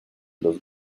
los